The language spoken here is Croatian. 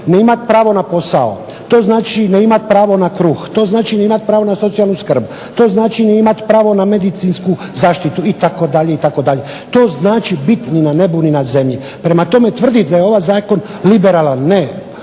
ne imati pravo na posao, to znači ne imati pravo na kruh, to znači ne imati pravo na socijalnu skrb, to znači ne imati pravo na medicinsku zaštitu itd. itd. To znači biti ni na nebu ni na zemlji. Prema tome, tvrdit da je ovaj zakon liberalan ne.